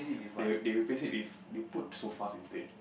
they they replace it with they put sofas instead